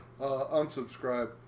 unsubscribe